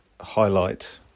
highlight